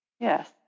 Yes